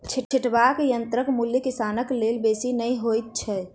छिटबाक यंत्रक मूल्य किसानक लेल बेसी नै होइत छै